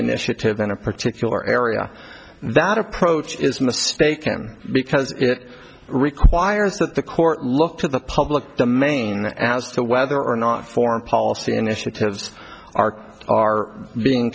initiative in a particular area that approach is mistaken because it requires that the court look to the public domain as to whether or not foreign policy initiatives are are being